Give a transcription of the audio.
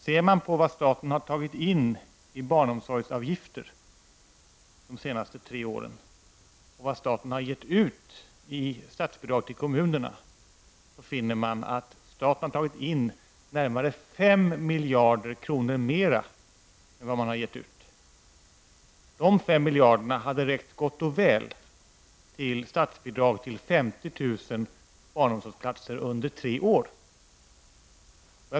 Ser man på vad staten har tagit in i barnomsorgsavgifter de senaste tre åren och vad staten har gett ut i statsbidrag till kommunerna, finner man att staten har tagit in närmare 5 miljarder kronor mera än vad den har gett ut. De 5 miljarderna hade räckt gott och väl till statsbidrag till 50 000 barnomsorgsplatser under tre år.